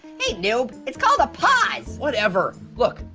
hey, noob, it's called a pause. whatever. look,